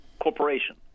corporation